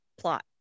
plot